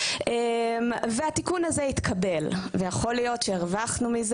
והתיקון הזה התקבל ויכול להיות שהרווחנו מזה,